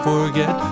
Forget